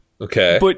Okay